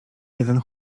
jeden